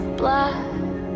black